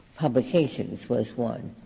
publications was one.